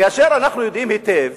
כאשר אנחנו יודעים היטב